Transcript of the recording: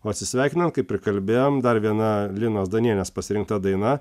o atsisveikinam kaip ir kalbėjom dar viena linos danienės pasirinkta daina